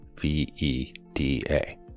V-E-D-A